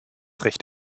recht